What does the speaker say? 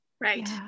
Right